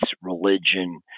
religion